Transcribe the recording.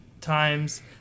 times